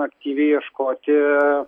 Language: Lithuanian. aktyviai ieškoti